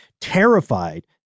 terrified